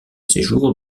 séjour